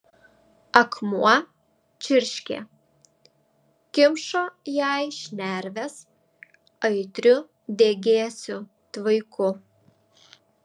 akmuo čirškė kimšo jai šnerves aitriu degėsių tvaiku